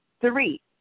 three